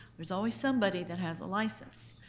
there's always somebody that has a license.